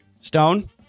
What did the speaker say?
Stone